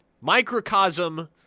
Microcosm